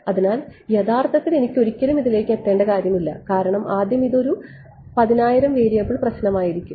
അതിനാൽ യഥാർത്ഥത്തിൽ എനിക്കൊരിക്കലും ഇതിലേക്ക് എത്തേണ്ട കാര്യമില്ല കാരണം ആദ്യം ഇത് ഒരു 10000 വേരിയബിൾ പ്രശ്നമായിരിക്കും